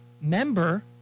member